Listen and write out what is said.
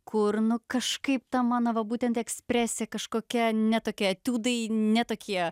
kur nu kažkaip ta mano va būtent ekspresija kažkokia ne tokia etiudai ne tokie